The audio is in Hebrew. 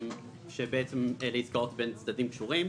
שהן עסקאות בין צדדים קשורים,